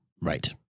right